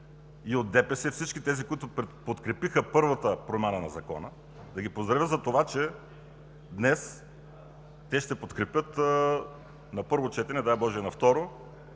и от ДПС – всички тези, които подкрепиха първата промяна на Закона, да ги поздравя за това, че днес те ще подкрепят на първо четене, дай боже и на второ,